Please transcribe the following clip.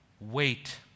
wait